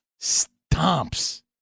Stomps